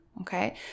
Okay